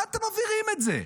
מה אתם מבהירים את זה?